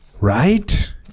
right